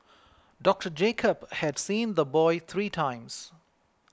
Doctor Jacob had seen the boy three times